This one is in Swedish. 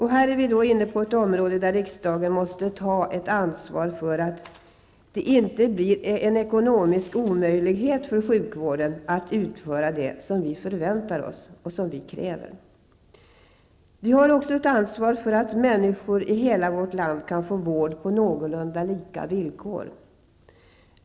Här är vi inne på ett område där riksdagen måste ta ett ansvar för att det inte blir en ekonomisk omöjlighet för sjukvården att utföra det som vi förväntar oss och kräver. Vi har också ett ansvar för att människor i hela vårt land kan få vård på någorlunda lika villkor.